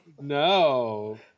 no